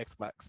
xbox